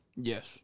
Yes